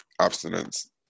abstinence